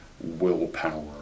willpower